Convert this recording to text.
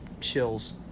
chills